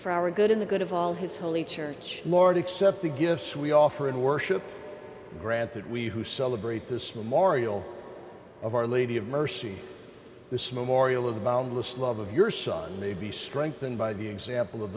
for our good in the good of all his holy church lord accept the gifts we offer and worship grant that we who celebrate this memorial of our lady of mercy the small morial of the boundless love of your son may be strengthened by the example of